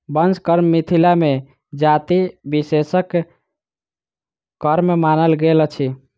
बंस कर्म मिथिला मे जाति विशेषक कर्म मानल गेल अछि